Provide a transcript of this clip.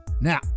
now